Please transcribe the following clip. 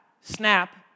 snap